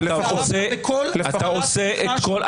התערבת בכל הצהרת פתיחה של חבר ועדה.